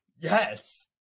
yes